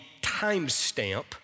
timestamp